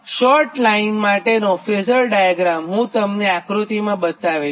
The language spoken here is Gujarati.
શોર્ટ લાઇન માટેનો ફેઝર ડાયાગ્રામ હું તમને આ આકૃતિમાં બતાવીશ